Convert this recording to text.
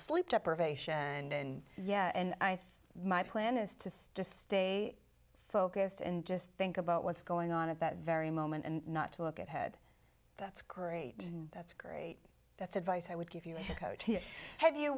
sleep deprivation and yeah and i think my plan is to just stay focused and just think about what's going on at that very moment and not to look at head that's great that's great that's advice i would give you